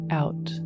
out